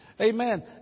Amen